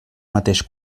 mateix